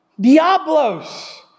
Diablos